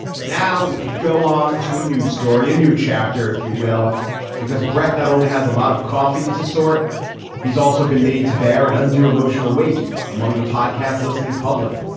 but now we could go on to a new story a new chapter if you will because brett not only has a lot of coffee to sort he's also been made to bear an undue emotional weight among the podcast listening public.